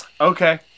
okay